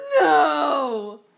No